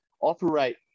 operate